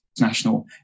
national